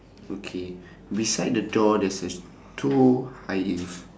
okay beside the door there's two high heels